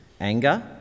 anger